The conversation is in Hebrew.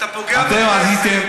אתה פוגע בכנסת.